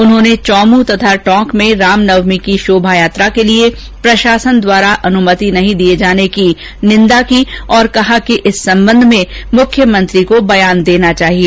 उन्होंने चौम तथा टोंक में रामनवमी की शोभायात्रा के लिए प्रशासन द्वारा अनुमति नहीं दिए जाने की निंदा की और कहा कि इस संबंध में मुख्यमंत्री को बयान देना चाहिए